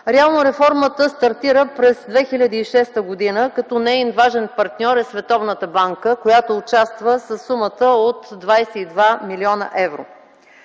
Реално реформата стартира през 2006 г., като неин важен партньор е Световната банка, който участва със сумата от 22 млн. евро